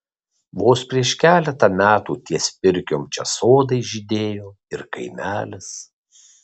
vos prieš keletą metų ties pirkiom čia sodai žydėjo ir kaimelis